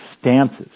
stances